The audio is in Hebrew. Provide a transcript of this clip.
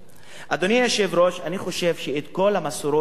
אדוני היושב-ראש, אני חושב שאת כל המסורות האלה